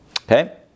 Okay